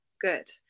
good